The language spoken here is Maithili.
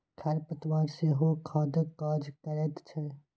खर पतवार सेहो खादक काज करैत छै